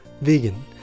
vegan